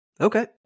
Okay